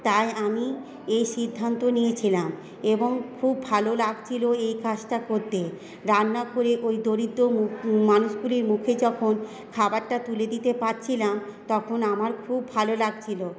তাই আমি এই সিদ্ধান্ত নিয়েছিলাম এবং খুব ভালো লাগছিল এই কাজটা করতে রান্না করে ওই দরিদ্র মানুষগুলির মুখে যখন খাবারটা তুলে দিতে পারছিলাম তখন আমার খুব ভালো লাগছিল